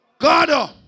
God